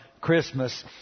Christmas